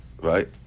Right